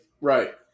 Right